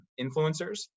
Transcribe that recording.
influencers